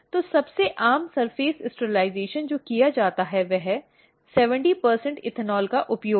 तो सबसे आम सर्फेस स्टिरलिज़ेशन जो किया जाता है वह 70 इथेनॉल का उपयोग है